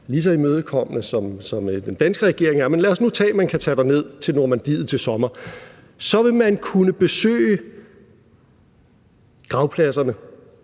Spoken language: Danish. lige så imødekommende, som den danske regering er, med lad os nu sige, at man kan tage ned til Normandiet til sommer. Så vil man kunne besøge gravpladserne